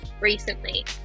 recently